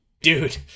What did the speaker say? dude